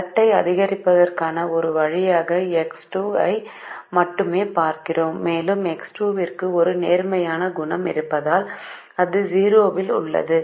Z ஐ அதிகரிப்பதற்கான ஒரு வழியாக X2 ஐ மட்டுமே பார்க்கிறோம் மேலும் X2 க்கு ஒரு நேர்மறையான குணகம் இருப்பதால் அது ௦ தில் உள்ளது